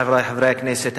חברי חברי הכנסת,